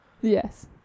Yes